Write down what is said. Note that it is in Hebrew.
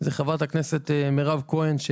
זו חברת הכנסת מירב כהן,